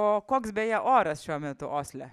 o koks beje oras šiuo metu osle